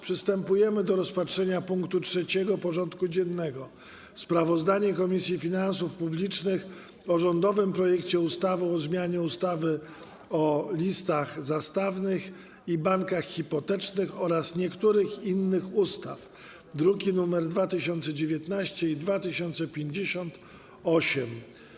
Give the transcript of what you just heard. Przystępujemy do rozpatrzenia punktu 3. porządku dziennego: Sprawozdanie Komisji Finansów Publicznych o rządowym projekcie ustawy o zmianie ustawy o listach zastawnych i bankach hipotecznych oraz niektórych innych ustaw (druki nr 2019 i 2058)